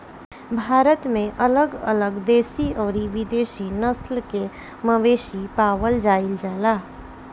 भारत में अलग अलग देशी अउरी विदेशी नस्ल के मवेशी पावल जाइल जाला